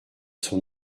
son